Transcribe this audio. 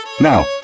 Now